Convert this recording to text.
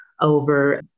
over